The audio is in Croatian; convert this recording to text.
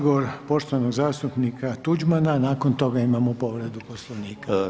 Odgovor poštovanog zastupnika Tuđmana, nakon toga imamo povredu Poslovnika.